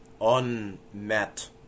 unmet